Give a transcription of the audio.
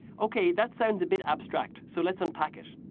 okay, that sounds a bit abstract, so let's unpack it.